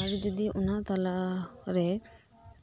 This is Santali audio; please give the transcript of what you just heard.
ᱟᱨ ᱡᱚᱫᱤ ᱚᱱᱟ ᱛᱟᱞᱟᱨᱮ